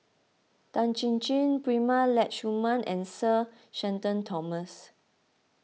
Tan Chin Chin Prema Letchumanan and Sir Shenton Thomas